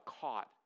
caught